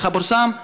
כך פורסם,